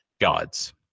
gods